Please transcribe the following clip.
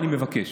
אני מבקש.